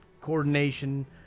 coordination